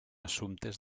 assumptes